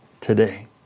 today